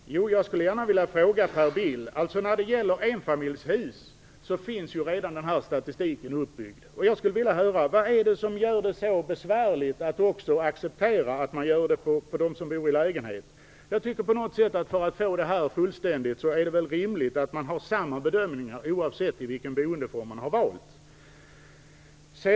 Fru talman! Jag skulle gärna vilja ställa en fråga till Per Bill. Den här statistiken är redan uppbyggd för enfamiljshus. Varför är det så besvärligt att även acceptera att man inför detta för personer som bor i lägenhet? För att få fullständig statistik är det väl rimligt att man gör samma bedömningar oavsett vilken boendeform olika personer har valt.